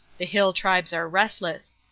the hill tribes are restless.